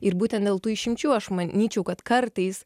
ir būtent dėl tų išimčių aš manyčiau kad kartais